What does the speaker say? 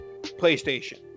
PlayStation